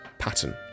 pattern